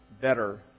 better